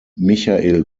michael